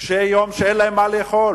קשי-יום שאין להם מה לאכול.